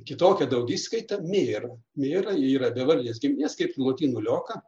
kitokia daugiskaita ir nėra yra bevardės giminės kaip lotynų lioka